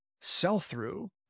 sell-through